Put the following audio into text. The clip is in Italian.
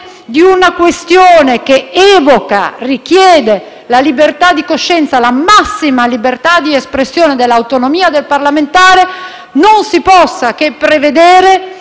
di una questione che evoca e richiede la libertà di coscienza, la massima libertà di espressione dell'autonomia del parlamentare, non si possa che prevedere